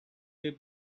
way